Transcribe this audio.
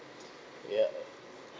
ya